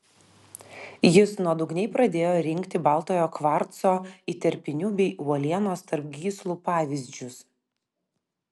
jis nuodugniai pradėjo rinkti baltojo kvarco įterpinių bei uolienos tarp gyslų pavyzdžius